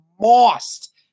lost